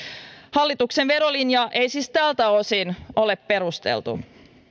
hallituksen verolinja ei siis tältä osin ole perusteltu